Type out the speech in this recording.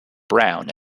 brown